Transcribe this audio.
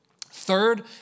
Third